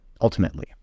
ultimately